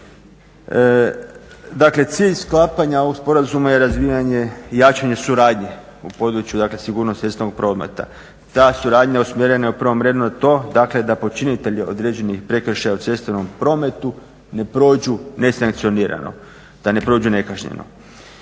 Dakle, cilj sklapanja ovog sporazuma je razvijanje, jačanje suradnje u području dakle sigurnosti cestovnog prometa. Ta suradnja usmjerena je u prvom redu na to dakle da počinitelji određenih prekršaja u cestovnom prometu ne prođu nesankcionirano, da ne prođu nekažnjeno.